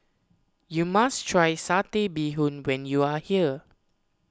you must try Satay Bee Hoon when you are here